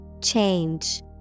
Change